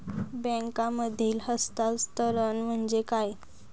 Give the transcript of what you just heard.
बँकांमधील हस्तांतरण म्हणजे काय?